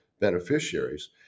beneficiaries